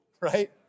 right